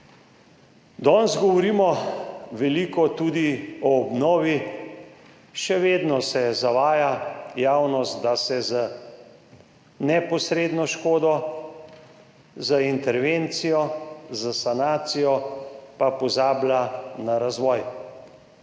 Danes veliko govorimo tudi o obnovi. Še vedno se zavaja javnost, da se z neposredno škodo, z intervencijo za sanacijo pozablja na razvoj.